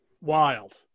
wild